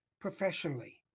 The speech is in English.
professionally